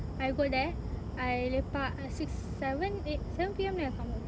I go there I lepak uh six seven eh seven P_M only I come home